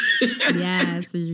Yes